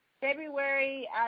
february